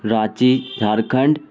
Ranchi Jharkhand